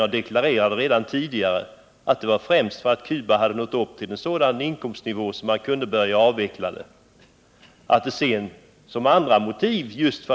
Jag deklarerade redan tidigare att det var främst för att Cuba hade nått upp till en sådan inkomstnivå att man kunde börja avveckla stödet.